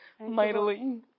mightily